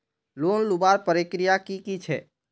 Loan लुबार प्रक्रिया की की छे?